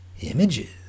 images